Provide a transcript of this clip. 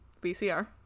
VCR